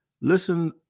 listen